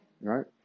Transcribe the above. right